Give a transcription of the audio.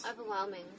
Overwhelming